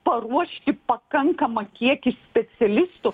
paruošti pakankamą kiekį specialistų